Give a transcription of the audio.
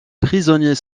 prisonniers